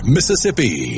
Mississippi